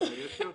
בין היתר,